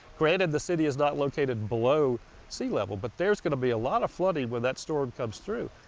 granted, the city is not located below sea level, but there's going to be a lot of flooding when that storm comes through.